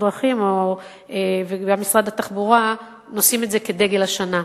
דרכים ומשרד התחבורה נושאים כדגל השנה.